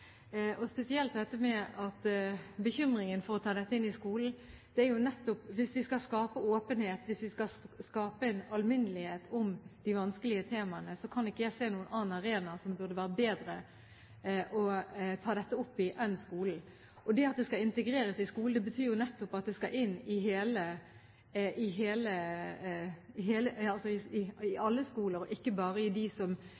og spesielt bekymringen for å ta dette inn i skolen. Hvis vi skal skape åpenhet, hvis vi skal skape en alminnelighet om de vanskelige temaene, kan jeg ikke se noen annen arena som er bedre å ta dette opp i, enn skolen. Det at det skal integreres i skolen, betyr jo nettopp at det skal inn i alle skoler og ikke bare i dem som er med i et prosjekt, selv om det har vært vellykket nok. Når det gjelder organisasjonene, ser jeg på dem som